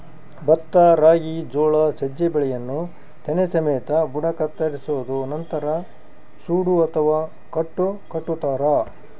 ಭತ್ತ ರಾಗಿ ಜೋಳ ಸಜ್ಜೆ ಬೆಳೆಯನ್ನು ತೆನೆ ಸಮೇತ ಬುಡ ಕತ್ತರಿಸೋದು ನಂತರ ಸೂಡು ಅಥವಾ ಕಟ್ಟು ಕಟ್ಟುತಾರ